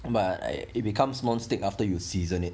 and but I it becomes non stick after you season it